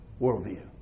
worldview